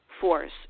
force